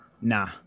Nah